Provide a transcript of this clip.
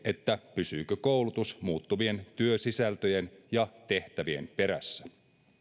pysyykö koulutus muuttuvien työsisältöjen ja tehtävien perässä